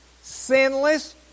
Sinless